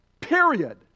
period